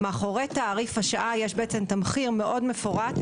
מאחורי תעריף השעה יש תמחיר מאוד מפורט,